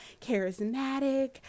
charismatic